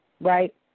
Right